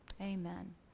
amen